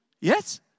Yes